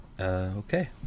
okay